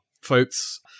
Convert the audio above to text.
folks